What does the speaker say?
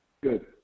Good